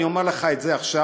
אני אומר לך את זה עכשיו,